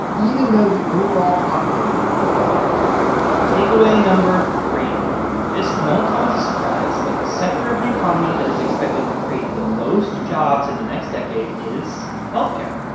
even though the overall population is getting older takeaway no. three this won't come as a surprise, but the sector of the economy that is expected to create the most jobs in the next decade is health care.